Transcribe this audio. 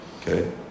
Okay